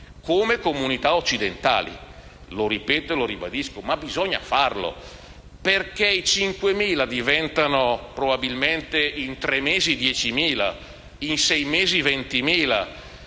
di comunità occidentali. Lo ripeto e lo ribadisco. Ma bisogna farlo, perché i 5.000 diventeranno, probabilmente, in tre mesi 10.000 e in sei mesi 20.000.